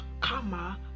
karma